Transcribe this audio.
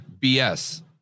BS